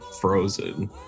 Frozen